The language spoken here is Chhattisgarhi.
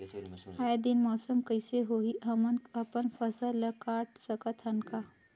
आय दिन मौसम कइसे होही, हमन अपन फसल ल काट सकत हन का?